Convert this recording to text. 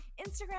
Instagram